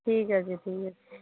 ঠিক আছে ঠিক আছে